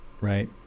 right